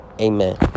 Amen